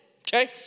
okay